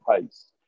pace